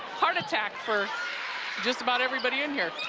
heart attack for just about everybody in here.